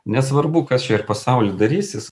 nesvarbu kas čia ir pasauly darysis